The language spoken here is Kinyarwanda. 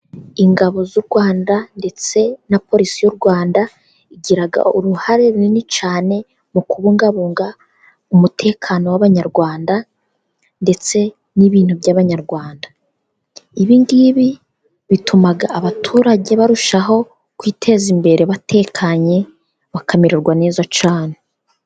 Ingabo z'u Rwanda ndetse na polisi y'u Rwanda bigira uruhare runini cyane mu kubungabunga umutekano w'Abanyarwanda, ndetse n'ibintu by'Abanyarwanda. Ibi ngibi bituma abaturage barushaho kwiteza imbere batekanye bakamererwa neza cyane.